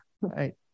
Right